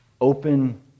open